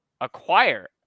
acquire